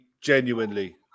genuinely